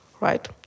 right